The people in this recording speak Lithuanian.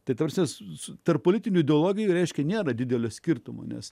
tai tamsius tarp politinių ideologijų reiškia nėra didelio skirtumo nes